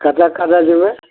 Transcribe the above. कतऽ कतऽ जेबै